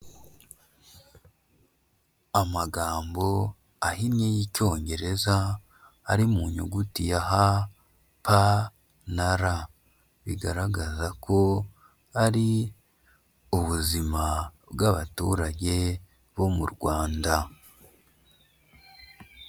Amagambo ahinnye y'Icyongereza ari mu nyuguti ya HPR. Bigaragaza ko ari ubuzima bw'abaturage bo mu Rwanda.